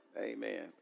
Amen